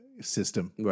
system